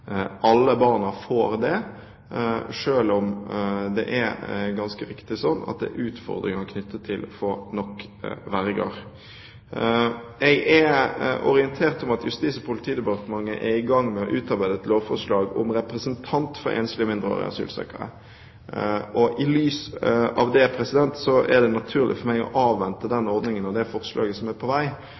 Alle barna får det, selv om det er ganske riktig sånn at det er utfordringer knyttet til å få nok verger. Jeg er orientert om at Justis- og politidepartementet er i gang med å utarbeide et lovforslag om representant for enslige mindreårige asylsøkere. I lys av det er det naturlig for meg å avvente den ordningen og det forslaget som er på vei.